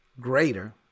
Greater